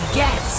get